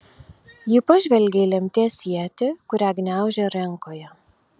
ji pažvelgė į lemties ietį kurią gniaužė rankoje